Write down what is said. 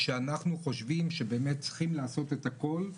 שאנחנו חושבים שבאמת צריכים לעשות את הכול,